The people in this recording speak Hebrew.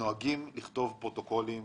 נוהגים לכתוב פרוטוקולים